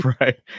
Right